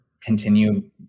continue